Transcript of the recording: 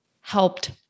helped